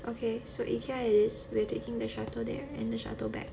so ikea it is we're taking the shuttle there and the shuttle back